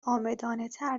عامدانهتر